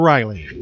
Riley